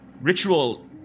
ritual